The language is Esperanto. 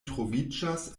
troviĝas